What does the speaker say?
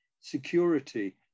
security